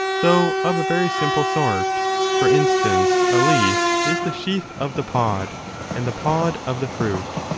though of a very simple sort for instance, a leaf is the sheath of the pod and the pod of the fruit.